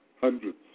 hundreds